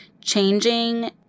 changing